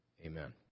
Amen